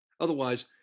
Otherwise